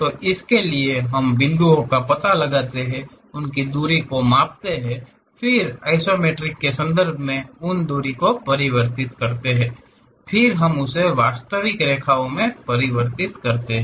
तो इस के लिए हम बिंदुओं का पता लगाते हैं उनकी दूरी को मापते हैं फिर आइसोमेट्रिक के संदर्भ में उन दूरी को परिवर्तित करें फिर हम उसे वास्तविक रेखाओं में परिवर्तित करते है